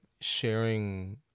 sharing